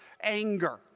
anger